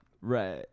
Right